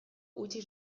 utzi